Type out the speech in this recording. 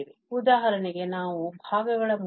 ಆದ್ದರಿಂದ ಉದಾಹರಣೆಗೆ ನಾವು ಭಾಗಗಳ ಮೂಲಕ ಇಲ್ಲಿ ಸಂಯೋಜಿಸಿದರೆ